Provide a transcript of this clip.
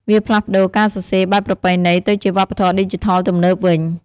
វាផ្លាស់ប្តូរការសរសេរបែបប្រពៃណីទៅជាវប្បធម៌ឌីជីថលទំនើបវិញ។